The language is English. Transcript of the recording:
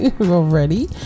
already